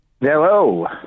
Hello